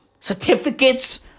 Certificates